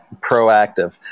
proactive